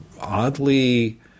oddly